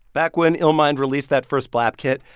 back when illmind released that first blap kit,